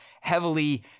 heavily